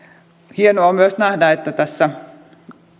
hienoa on myös nähdä että tässä